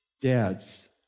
Dads